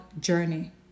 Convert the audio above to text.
journey